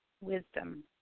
wisdom